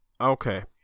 Okay